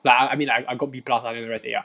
like I mean like I got B plus ah nothing to say ah